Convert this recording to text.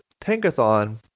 Tankathon